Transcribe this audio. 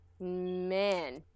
man